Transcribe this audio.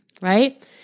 right